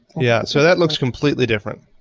yeah. so that looks completely different.